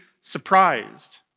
surprised